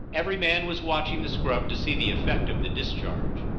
every man was watching the scrub to see the effect of the discharge.